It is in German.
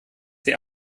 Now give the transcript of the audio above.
sie